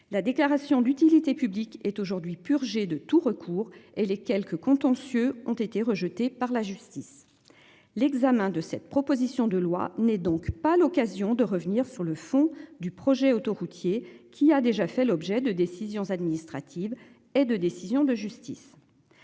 La déclaration d'utilité publique est aujourd'hui purgé de tout recours et les quelques contentieux ont été rejetées par la justice. L'examen de cette proposition de loi n'est donc pas l'occasion de revenir sur le fond du projet autoroutier qui a déjà fait l'objet de décisions administratives et de décisions de justice.